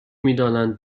میدانند